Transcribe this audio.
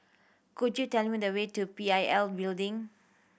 could you tell me the way to P I L Building